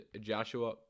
Joshua